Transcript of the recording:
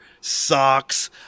socks